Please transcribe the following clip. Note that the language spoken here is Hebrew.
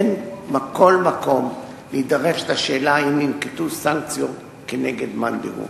אין כל מקום להידרש לשאלה אם ננקטו סנקציות כנגד מאן דהוא.